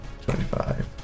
twenty-five